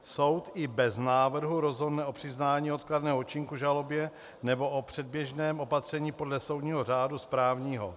Soud i bez návrhu rozhodne o přiznání odkladného účinku žalobě nebo o předběžném opatření podle soudního řádu správního.